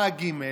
באה גימ"ל,